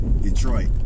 Detroit